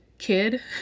kid